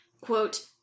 quote